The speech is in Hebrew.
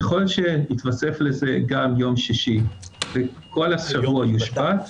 ככל שיתווסף לזה גם יום שישי וכל השבוע יושבת,